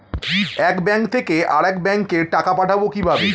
এক ব্যাংক থেকে আরেক ব্যাংকে টাকা পাঠাবো কিভাবে?